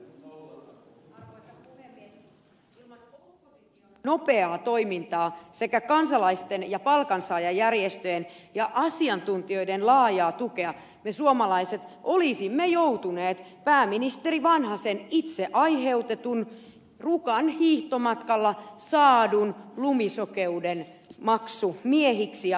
ilman opposition nopeaa toimintaa sekä kansalaisten ja palkansaajajärjestöjen ja asiantuntijoiden laajaa tukea me suomalaiset olisimme joutuneet pääministeri vanhasen itse aiheutetun rukan hiihtomatkalla saadun lumisokeuden maksumiehiksi ja vastuunkantajiksi